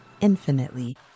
infinitely